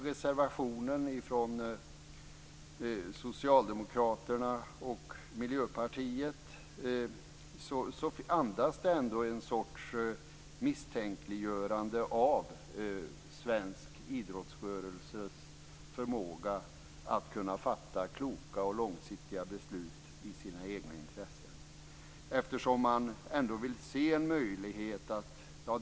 Reservationen från Socialdemokraterna och Miljöpartiet andas ändå en sorts misstänkliggörande av svensk idrottsrörelses förmåga att kunna fatta kloka och långsiktiga beslut i sina egna intressen.